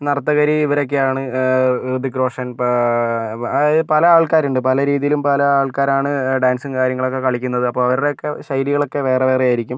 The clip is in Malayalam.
നർത്തകർ ഇവരൊക്കെയാണ് ഹൃതിക് റോഷൻ അതായത് പല ആൾകാർ ഉണ്ട് പല രീതിയിലും പല ആൾക്കാരാണ് ഡാൻസും കാര്യങ്ങളൊക്കെ കളിക്കുന്നത് അപ്പോൾ അവരുടെ ഒക്കെ ശൈലികളൊക്കെ വേറെ വേറെയായിരിക്കും